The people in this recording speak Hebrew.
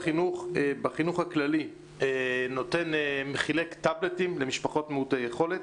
בחינוך הכללי משרד החינוך חילק טאבלטים למשפחות מעוטות יכולת.